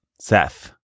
Seth